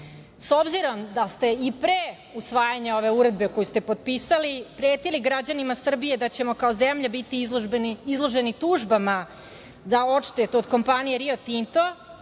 S obzirom da ste i pre usvajanja ove uredbe koju ste potpisali pretili građanima Srbije da ćemo kao zemlja biti izloženi tužbama za odštetu od kompanije Rio Tinto,